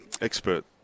expert